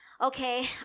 okay